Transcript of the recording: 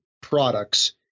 products